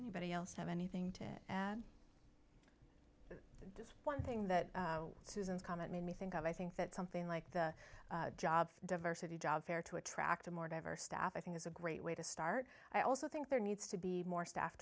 anybody else have anything to add just one thing that susan's comment made me think of i think that something like the job diversity job fair to attract a more diverse staff i think is a great way to start i also think there needs to be more staff